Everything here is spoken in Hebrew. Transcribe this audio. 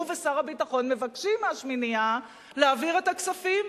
הוא ושר הביטחון מבקשים מהשמינייה להעביר את הכספים.